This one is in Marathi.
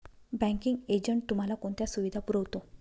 बँकिंग एजंट तुम्हाला कोणत्या सुविधा पुरवतो?